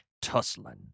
tussling